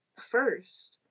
first